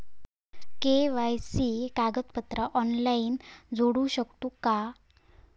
KYC कागदपत्रा online जोडू शकतू का?